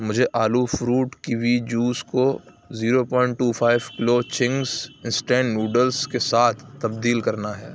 مجھے آلو fruit kiwi juice کو zero point two five kilo Ching's instant noodles کے ساتھ تبدیل کرنا ہے